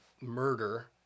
murder